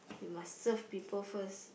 you must serve people first